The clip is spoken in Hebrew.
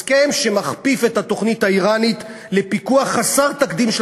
הסכם שמכפיף את התוכנית האיראנית לפיקוח חסר תקדים של